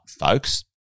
folks